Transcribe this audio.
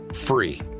free